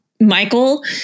Michael